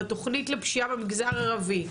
התוכנית למיגור הפשיעה במגזר הערבי,